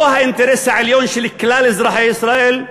לא האינטרס העליון של כלל אזרחי ישראל,